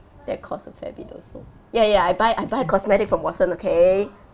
that cost a fair bit also ya ya I buy I buy cosmetic from watson okay